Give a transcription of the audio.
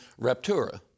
raptura